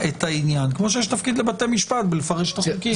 העניין, כמו שיש תפקיד לבתי המשפט בפירוש החוקים.